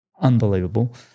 unbelievable